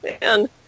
man